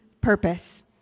purpose